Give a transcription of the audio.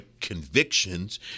convictions